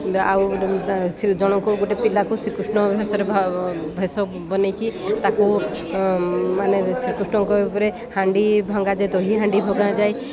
ଆଉ ଶ ଜଣଙ୍କୁ ଗୋଟେ ପିଲାକୁ ଶ୍ରୀକୃଷ୍ଣ ବେଶରେ ଭେଷ ବନେଇକି ତାକୁ ମାନେ ଶ୍ରୀକୃଷ୍ଣଙ୍କ ଉପରେ ହାଣ୍ଡି ଭଙ୍ଗା ଯାଏ ଦହି ହାଣ୍ଡି ଭଙ୍ଗାଯାଏ